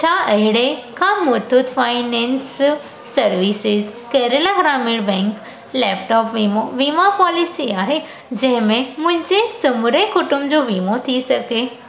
छा अहिड़े का Muthoot finance services Kerala Gramin bank laptop वीमो वीमो पॉलिसी आहे जंहिंमें मुंहिंजे समूरे कुटुंब जो वीमो थी सघे